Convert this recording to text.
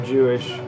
Jewish